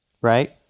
right